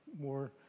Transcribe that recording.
more